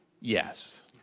Yes